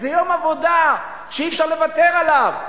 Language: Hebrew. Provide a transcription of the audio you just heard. זה יום עבודה שאי-אפשר לוותר עליו,